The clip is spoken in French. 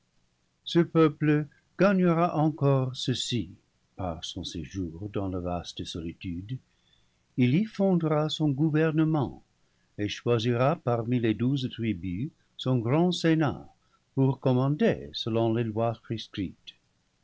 ce peuple gagnera encore ceci par son séjour dans la vaste solitude il y fondera son gouvernement et choisira parmi les douze tribus son grand sénat pour commander selon des lois